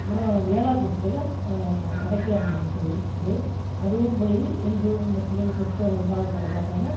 அப்புறம் வேலக்குறிச்சியில அடைக்கல மாதா கோயில் இருக்குது அதுவும் போய் இந்து முஸ்லீம் கிறிஸ்துவங்கிற பாகுபாடு பார்க்காம